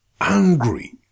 angry